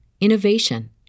innovation